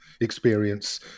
experience